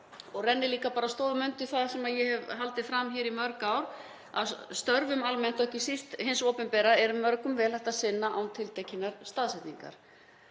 Það rennir líka stoðum undir það sem ég hef haldið fram í mörg ár, að störfum almennt og ekki síst á vegum hins opinbera er mörgum vel hægt að sinna án tiltekinnar staðsetningar.